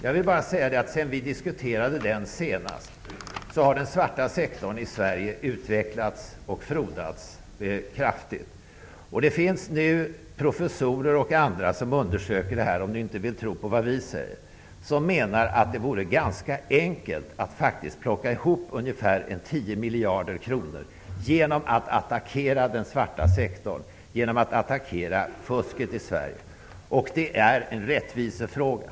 Jag vill bara säga att sedan vi diskuterade den senast så har den svarta sektorn i Sverige utvecklats och frodats kraftigt. Om ni inte vill tro på vad vi säger så finns det professorer och andra som undersöker detta. De menar att det vore ganska enkelt att plocka ihop ungfär 10 miljarder kronor genom att attackera den svarta sektorn och fusket i Sverige. Det är en rättvisefråga.